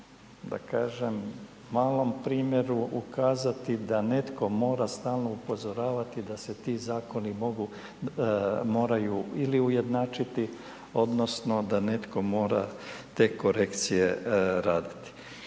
da kažem malom primjeru ukazati da netko mora stalno upozoravati da se ti Zakoni moraju ili ujednačiti odnosno da netko mora te korekcije raditi.